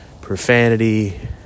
profanity